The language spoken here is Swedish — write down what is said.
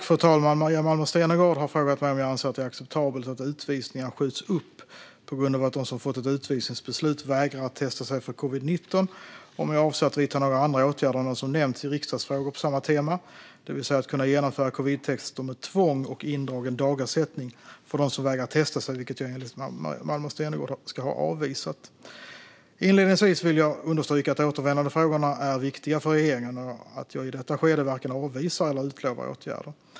Fru talman! har frågat mig om jag anser att det är acceptabelt att utvisningar skjuts upp på grund av att de som har fått ett utvisningsbeslut vägrar att testa sig för covid-19 och om jag avser att vidta några andra åtgärder än dem som nämnts i riksdagsfrågor på samma tema, det vill säga att kunna genomföra covidtester med tvång och indragen dagersättning för dem som vägrar testa sig, vilka jag enligt Malmer Stenergard ska ha avvisat. Inledningsvis vill jag understryka att återvändandefrågorna är viktiga för regeringen och att jag i detta skede varken avvisar eller utlovar åtgärder.